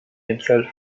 himself